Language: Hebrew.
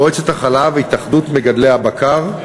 מועצת החלב והתאחדות מגדלי הבקר,